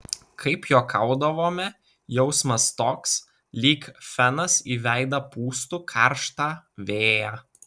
kaip juokaudavome jausmas toks lyg fenas į veidą pūstų karštą vėją